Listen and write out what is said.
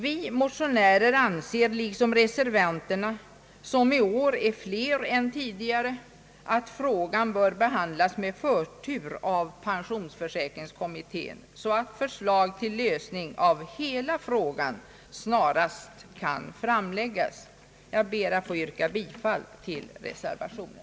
Vi motionärer anser liksom reservanterna — som i år är flera än tidigare — att frågan bör behandlas med förtur av pensionsförsäkringskommittén så att förslag till lösning av hela frågan snarast kan framläggas. Jag ber att få yrka bifall till reservationen.